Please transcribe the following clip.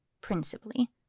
principally